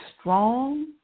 strong